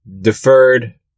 deferred